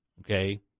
okay